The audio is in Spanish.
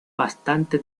bastante